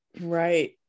Right